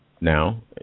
now